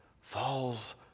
falls